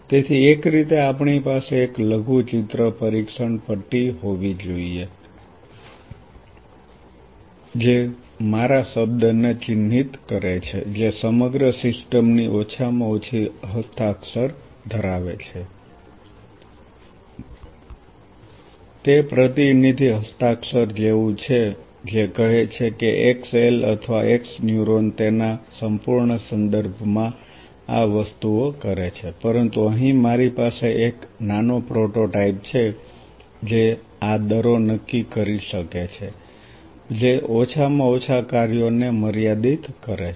તેથી એક રીતે આપણી પાસે એક લઘુચિત્ર પરીક્ષણ પટ્ટી હોવી જોઈએ જે મારા શબ્દને ચિહ્નિત કરે છે જે સમગ્ર સિસ્ટમ ની ઓછામાં ઓછી હસ્તાક્ષર ધરાવે છે તે પ્રતિનિધિ હસ્તાક્ષર જેવું છે જે કહે છે કે xl અથવા x ન્યુરોન તેના સંપૂર્ણ સંદર્ભમાં આ વસ્તુઓ કરે છે પરંતુ અહીં મારી પાસે એક નાનો પ્રોટોટાઇપ છે જે આ દરો નક્કી કરી શકે છે જે ઓછામાં ઓછા કાર્યોને મર્યાદિત કરે છે